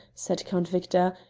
said count victor,